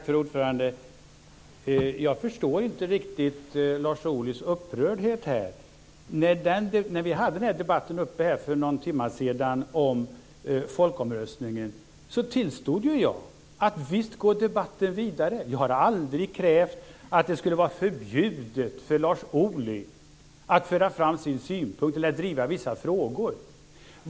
Fru talman! Jag förstår inte riktigt Lars Ohlys upprördhet. När vi hade debatten uppe för någon timma sedan om folkomröstningen tillstod jag att debatten visst går vidare. Jag har aldrig krävt att det skulle vara förbjudet för Lars Ohly att föra fram sin synpunkt eller driva vissa frågor.